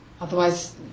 Otherwise